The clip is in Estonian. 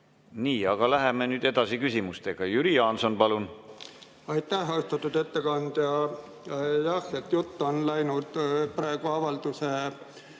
Nii, aga läheme edasi küsimustega. Jüri Jaanson, palun! Aitäh! Austatud ettekandja! Jah, jutt on läinud praegu avalduse